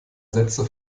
sätze